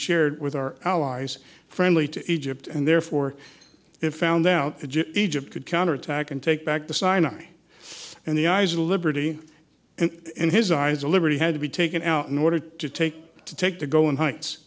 shared with our allies friendly to egypt and therefore if found out egypt could counterattack and take back the sinai and the eyes of liberty and in his eyes a liberty had to be taken out in order to take to take the golan heights